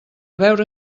veure